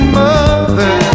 mother